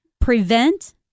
prevent